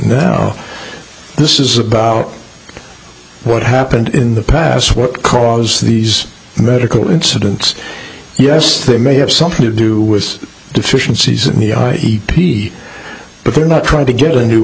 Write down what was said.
now this is about what happened in the past what caused these medical incidents yes they may have something to do with deficiencies media p but they're not trying to get a new